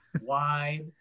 wide